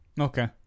Okay